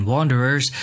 Wanderers